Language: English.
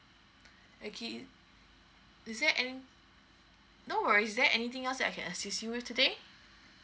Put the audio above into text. okay is there any no worries is there anything else I can assist you with today